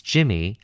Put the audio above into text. Jimmy